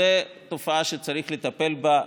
זו תופעה שצריך לטפל בה,